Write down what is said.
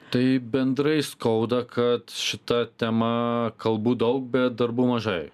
tai bendrai skauda kad šita tema kalbų daug bet darbų mažai